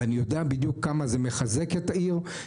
ואני יודע בדיוק כמה זה מחזק את העיר,